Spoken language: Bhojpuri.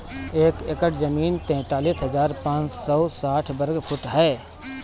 एक एकड़ जमीन तैंतालीस हजार पांच सौ साठ वर्ग फुट ह